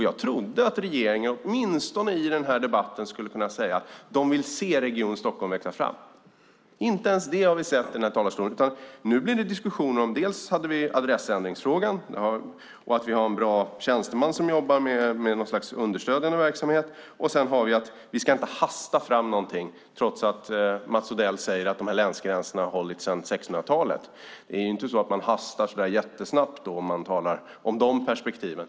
Jag trodde att regeringen åtminstone i den här debatten skulle säga att man vill se Region Stockholm växa fram. Inte ens det har vi sett i talarstolen. Nu blir det diskussioner om adressändringsfrågan, att det finns en bra tjänsteman som jobbar med något slags understödjande verksamhet och att vi inte ska hasta fram något trots att Mats Odell säger att länsgränserna har hållit sedan 1600-talet. Det är inte så att vi hastar snabbt om vi talar i de perspektiven.